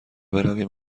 برویم